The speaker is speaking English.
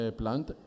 plant